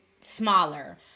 smaller